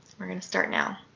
we're going to start now.